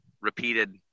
repeated